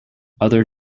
other